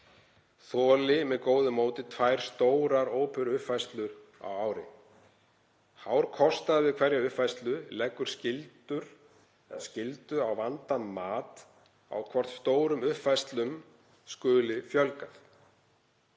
þoli með góðu móti tvær stórar óperuuppfærslur á ári. Hár kostnaður við hverja uppfærslu leggur á skyldu um vandað mat á hvort stórum uppfærslum skuli fjölgað.